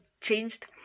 changed